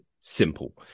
simple